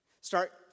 start